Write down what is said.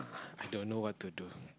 i don't know what to do